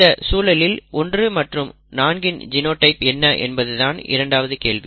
இந்த சூழலில் 1 மற்றும் 4 இன் ஜினோடைப் என்ன என்பதுதான் இரண்டாவது கேள்வி